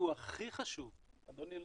והוא הכי חשוב --- אדוני,